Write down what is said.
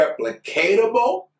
replicatable